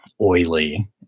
oily